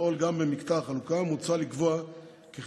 לפי המצב כיום רשת החלוקה נפרסת ומופעלת על ידי שש